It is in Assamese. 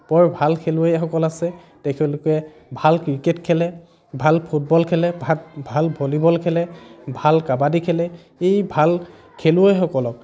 বৰ ভাল খেলুৱৈসকল আছে তেখেতলোকে ভাল ক্ৰিকেট খেলে ভাল ফুটবল খেলে ভাল ভাল ভলীবল খেলে ভাল কাবাদী খেলে এই ভাল খেলুৱৈসকলক